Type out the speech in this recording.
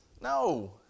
no